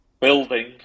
building